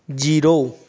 zero